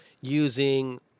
using